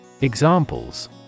Examples